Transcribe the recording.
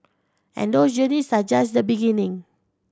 and those journeys are just the beginning